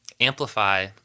amplify